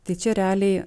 tai čia realiai